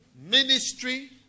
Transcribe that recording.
ministry